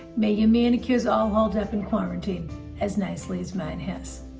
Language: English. may your manicures all hold up in quarantine as nicely as mine has.